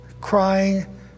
crying